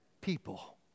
people